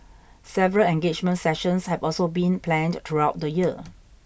several engagement sessions have also been planned throughout the year